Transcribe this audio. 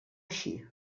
així